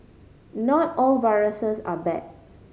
not all viruses are bad